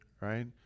right